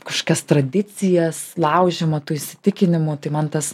kažkokias tradicijas laužiama tų įsitikinimų tai man tas